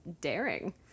daring